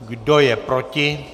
Kdo je proti?